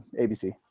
ABC